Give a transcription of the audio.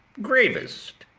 gravest,